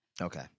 okay